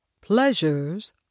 pleasures